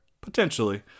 Potentially